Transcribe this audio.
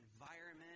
environment